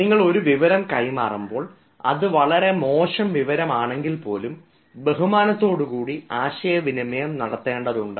നിങ്ങൾ ഒരു വിവരം കൈമാറുമ്പോൾ അത് വളരെ മോശം വിവരം ആണെങ്കിൽ പോലും ബഹുമാനത്തോടുകൂടി ആശയവിനിമയം നടത്തേണ്ടതുണ്ട്